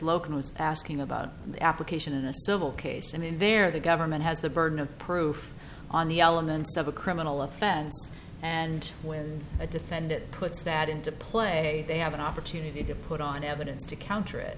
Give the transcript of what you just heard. loken was asking about application in a civil case and there the government has the burden of proof on the elements of a criminal offense and when i defend it puts that into play they have an opportunity to put on evidence to counter